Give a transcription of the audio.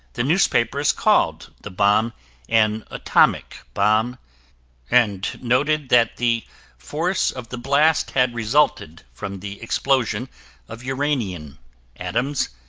the newspapers called the bomb an atomic bomb and noted that the force of the blast had resulted from the explosion of uranium atoms,